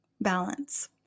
balance